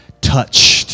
touched